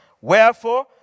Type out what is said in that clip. Wherefore